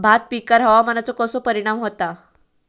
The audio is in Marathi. भात पिकांर हवामानाचो कसो परिणाम होता?